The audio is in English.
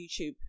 youtube